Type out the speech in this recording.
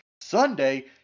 Sunday